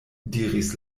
diris